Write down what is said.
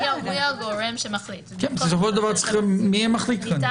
מי המחליט כאן.